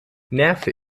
nerve